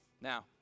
Now